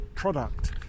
Product